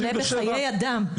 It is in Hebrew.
זה עולה בחיי אדם.